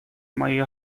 мои